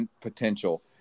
potential